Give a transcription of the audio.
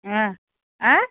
ಹಾಂ ಹಾಂ